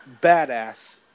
badass